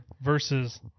Versus